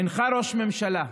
אינך ראש ממשלה,